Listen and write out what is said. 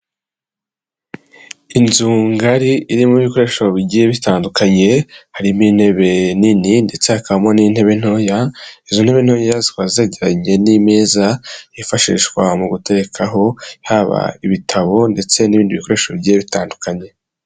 Inzu ngari irimo ibikoresho bigiye bitandukanye, harimo intebe nini ndetse hakabamo n'intebe ntoya, izo ntebe ntoya zikaba zegeranye n'imeza yifashishwa mu guterekaho haba ibitabo ndetse n'ibindi bikoresho bigiye bitandukanye.